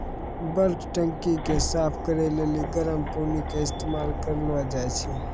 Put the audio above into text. bulk टंकी के साफ करै लेली गरम पानी के इस्तेमाल करलो जाय छै